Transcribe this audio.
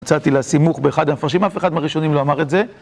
מצאתי לה סימוך באחד המפרשים, אף אחד מהראשונים לא אמר את זה